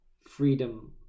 freedom